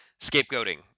Scapegoating